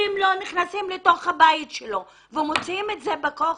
אם לא נכנסים לתוך הבית שלו ומוציאים את הנשק בכוח,